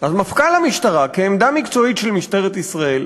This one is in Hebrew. מפכ"ל המשטרה, כעמדה מקצועית של משטרת ישראל,